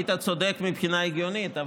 היית צודק מבחינה הגיונית,